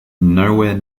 nowhere